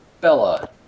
Bella